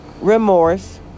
remorse